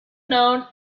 known